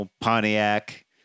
Pontiac